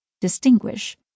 distinguish